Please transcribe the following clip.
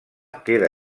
queda